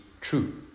true